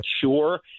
sure